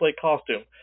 costume